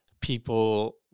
people